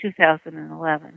2011